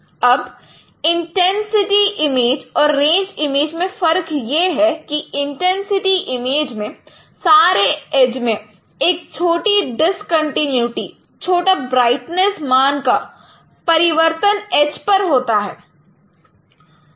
अब intensity image और range image में फर्क यह है कि इंटेंसिटी इमेज में सारे एज में एक छोटी डिस्कंटीन्यूटी छोटा ब्राइटनेस मान का परिवर्तन एज पर होता है